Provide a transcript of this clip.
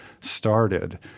started